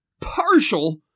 partial